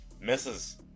misses